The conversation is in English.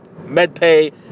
MedPay